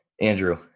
Andrew